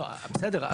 לא, בסדר.